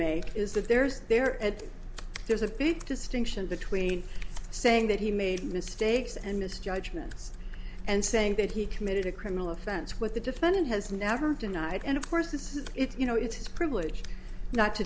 make is that there's there and there's a big distinction between saying that he made mistakes and misjudgments and saying that he committed a criminal offense with defendant has never denied and of course this is it's you know it's his privilege not to